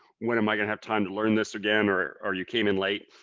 when am i gonna have time to learn this? again or or you came in late,